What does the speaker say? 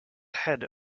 ahead